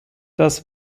das